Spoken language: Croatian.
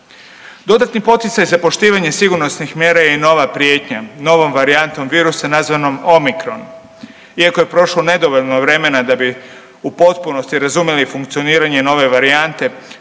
Dodatni poticaj za poštivanje sigurnosnih mjera je i nova prijetnja novom varijantom virusa nazvanom Omicron. Iako je prošlo nedovoljno vremena da bi u potpunosti razumjeli funkcioniranje nove varijante